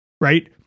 right